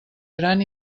gran